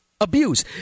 abuse